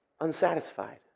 unsatisfied